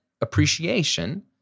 appreciation